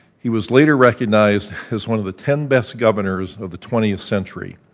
he was later recognized as one of the ten best governors of the twentieth century.